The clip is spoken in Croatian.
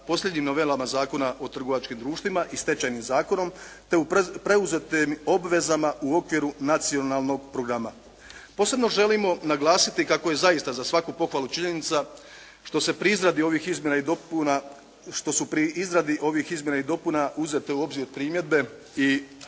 posljednjim novelama Zakona o trgovačkim društvima i Stečajnim zakonom te u preuzetim obvezama u okviru nacionalnog programa. Posebno želimo naglasiti kako je zaista za svaku pohvalu činjenica što su pri izradi ovih izmjena i dopuna uzete u obzir primjedbe i